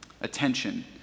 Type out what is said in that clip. Attention